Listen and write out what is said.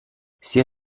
sia